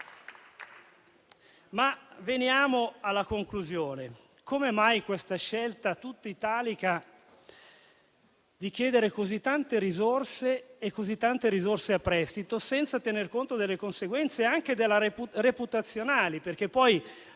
Veniamo alla conclusione: come mai questa scelta, tutta italica, di chiedere così tante risorse a prestito senza tener conto delle conseguenze, anche reputazionali? Infatti, poi,